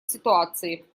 ситуации